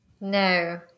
No